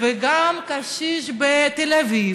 וגם קשיש בתל אביב